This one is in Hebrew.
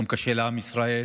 יום קשה לעם ישראל